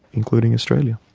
including australia.